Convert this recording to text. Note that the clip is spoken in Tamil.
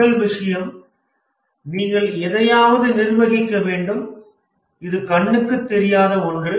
முதல் விஷயம் நீங்கள் எதையாவது நிர்வகிக்க வேண்டும் இது கண்ணுக்கு தெரியாத ஒன்று